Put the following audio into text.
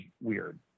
weird